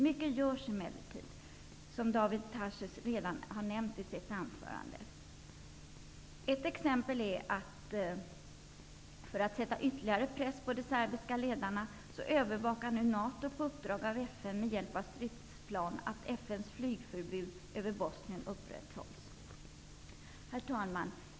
Mycket görs emellertid som Daniel Tarschys redan har nämnt i sitt anförande. Ett exempel är att för att sätta ytterligare press på de serbiska ledarna övervakar nu NATO på uppdrag av FN med hjälp av stridsplan att FN:s flygförbud över Bosnien upprätthålls. Herr talman!